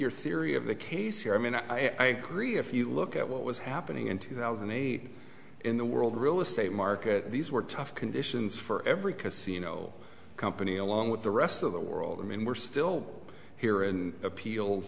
your theory of the case here i mean i agree if you look at what was happening in two thousand and eight in the world real estate market these were tough conditions for every casino company along with the rest of the world i mean we're still here and appeals